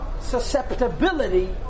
susceptibility